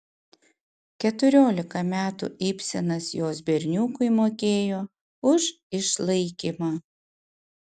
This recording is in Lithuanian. keturiolika metų ibsenas jos berniukui mokėjo už išlaikymą